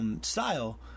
style